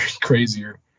crazier